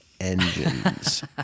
engines